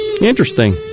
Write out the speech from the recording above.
Interesting